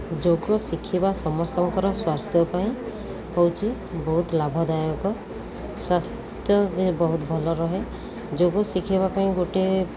ଯୋଗ ଶିଖିବା ସମସ୍ତଙ୍କର ସ୍ୱାସ୍ଥ୍ୟ ପାଇଁ ହେଉଛି ବହୁତ ଲାଭଦାୟକ ସ୍ୱାସ୍ଥ୍ୟ ବି ବହୁତ ଭଲ ରୁହେ ଯୋଗ ଶିଖିବା ପାଇଁ ଗୋଟେ